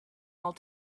all